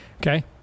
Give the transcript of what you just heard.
Okay